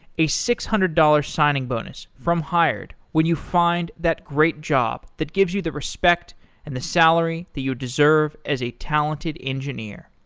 a six hundred dollars signing bonus from hired when you find that great job that gives you the respect and the salary that you deserve as a talented engineer.